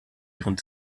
ihren